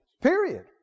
Period